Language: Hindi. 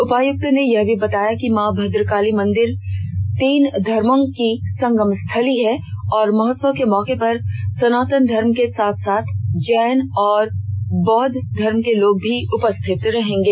उपायुक्त ने यह भी बताया कि मां भद्रकाली मंदिर तीन धर्मों की संगम स्थली है और महोत्सव के मौके पर सनातन धर्म के साथ साथ जैन और बौद्ध के लोग भी उपस्थित रहेंगे